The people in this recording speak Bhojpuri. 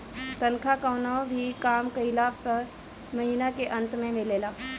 तनखा कवनो भी काम कइला पअ महिना के अंत में मिलेला